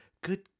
good